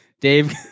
Dave